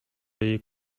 jej